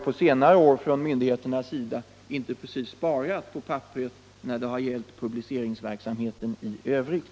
På senare år har ju våra myndigheter inte precis sparat på papperet när det gällt publiceringsverksamheten i övrigt.